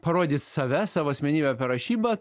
parodyt save savo asmenybę per rašybą